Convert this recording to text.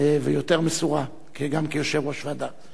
ויותר מסורה, גם כיושב-ראש ועדה.